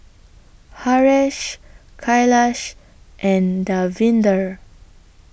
Haresh Kailash and Davinder